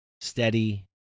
steady